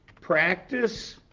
practice